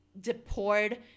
deport